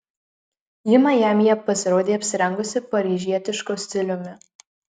ji majamyje pasirodė apsirengusi paryžietišku stiliumi